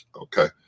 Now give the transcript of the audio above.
Okay